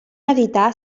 editar